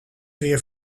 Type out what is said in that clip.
weer